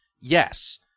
yes